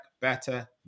Better